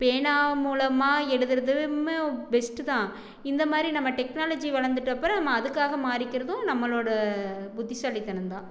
பேனா மூலமாக எழுதறதுமே பெஸ்ட்டுதான் இந்த மாதிரி நம்ம டெக்னாலஜி வளர்ந்துட்டு அப்புறம் அதுக்காக மாறிக்கறதும் நம்மளோடய புத்திசாலிதனம்தான்